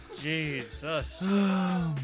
Jesus